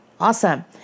Awesome